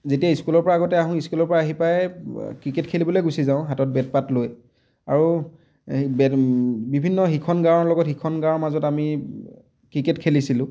যেতিয়া ইস্কুলৰ পৰা আগতে আহোঁ ইস্কুলৰ পৰা আহি পাই ক্ৰিকেট খেলিবলৈ গুচি যাওঁ হাতত বেটপাত লৈ আৰু বেট বিভিন্ন সিখন গাঁৱৰ লগত সিখন গাঁৱৰ মাজত আমি ক্ৰিকেট খেলিছিলোঁ